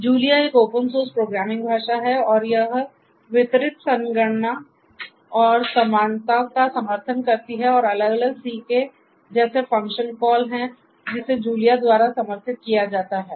तो जूलिया एक open source programming भाषा है और यह वितरित संगणना और समानता का समर्थन करती है और अलग अलग C के जैसे फ़ंक्शन कॉल है जिसे जूलिया द्वारा समर्थित किया जाता है